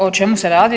O čemu se radi?